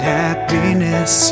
happiness